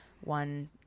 one